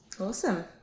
Awesome